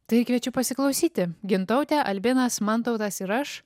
tai ir kviečiu pasiklausyti gintautė albinas mantautas ir aš